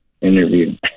interview